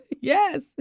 Yes